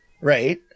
Right